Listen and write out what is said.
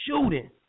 shooting